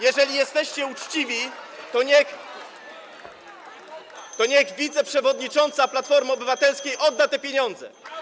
Jeżeli jesteście uczciwi, to niech wiceprzewodnicząca Platformy Obywatelskiej odda te pieniądze.